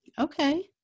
Okay